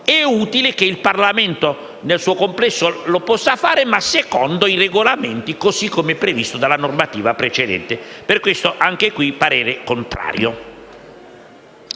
è utile che il Parlamento nel suo complesso ne possa usufruire secondo i Regolamenti, così come previsto dalla normativa precedente. Per questo motivo esprimo parere contrario